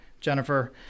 Jennifer